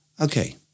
okay